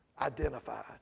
identified